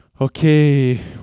Okay